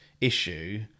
issue